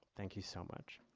thank you so much.